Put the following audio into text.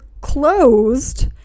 closed